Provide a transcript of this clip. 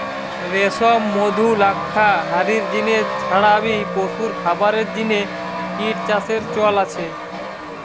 রেশম, মধু, লাক্ষা হারির জিনে ছাড়া বি পশুর খাবারের জিনে কিট চাষের চল আছে